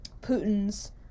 Putin's